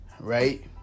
right